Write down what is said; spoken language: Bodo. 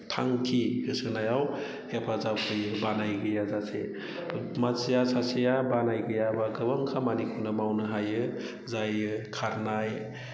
थांखि होसोनायाव हेफाजाब होयो बानाय गैयाजासे मानसिया सासेया बानाय गैयाब्ला गोबां खामानिखोनो मावनो हायो जायो खारनाय